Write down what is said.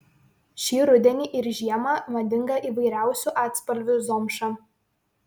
šį rudenį ir žiemą madinga įvairiausių atspalvių zomša